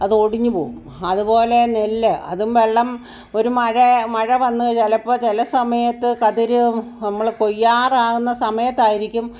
അത് ഒടിഞ്ഞ് പോകും അതുപോലെ നെല്ല് അതും വെള്ളം ഒരു മഴ മഴ വന്ന് ചിലപ്പോൾ ചില സമയത്ത് കതിരും നമ്മൾ കൊയ്യാറാകുന്ന സമയത്തായിരിക്കും